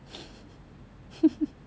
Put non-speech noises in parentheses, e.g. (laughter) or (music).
(laughs)